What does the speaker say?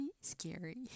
scary